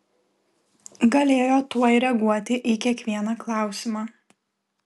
galėjo tuoj reaguoti į kiekvieną klausimą